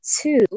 two